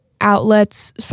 outlets